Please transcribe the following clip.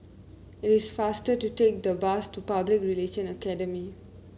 it is faster to take the bus to Public Relation Academy